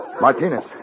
Martinez